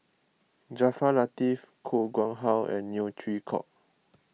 Jaafar Latiff Koh Nguang How and Neo Chwee Kok